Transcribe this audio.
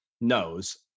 knows